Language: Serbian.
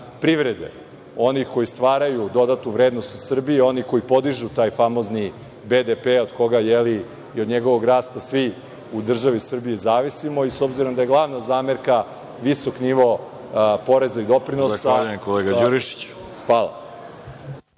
privrede, onih koji stvaraju dodatu vrednost u Srbiji, oni koji podižu taj famozni BDP, od koga i od njegovog rasta svi u državi Srbiji zavisimo. S obzirom da je glavna zamerka visok nivo poreza i doprinosa… **Veroljub Arsić** Zahvaljujem, kolega Đurišiću. Stavljam